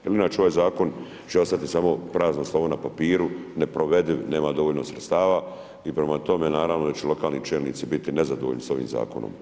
Jel inače ovaj zakon će ostati samo prazno slovo na papiru, neprovediv, nema dovoljno sredstava i prema tome naravno da će lokalni čelnici biti nezadovoljni sa ovim zakonom.